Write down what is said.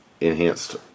enhanced